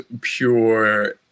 pure